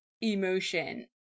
emotion